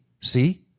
see